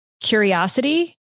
curiosity